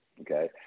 okay